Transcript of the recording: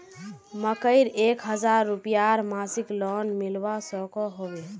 मकईर एक हजार रूपयार मासिक लोन मिलवा सकोहो होबे?